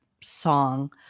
song